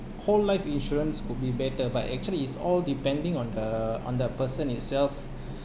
whole life insurance would be better but actually is all depending on the on the person itself